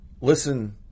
listen